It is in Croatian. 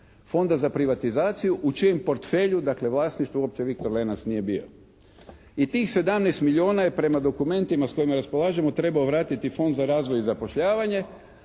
Fonda za privatizaciju u čijem portfelju, dakle vlasništvu uopće "Viktor Lenac" nije bio. I tih 17 milijona je prema dokumentima s kojima raspolažemo trebao vratiti Fond za razvoj i zapošljavanje,